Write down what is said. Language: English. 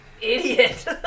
idiot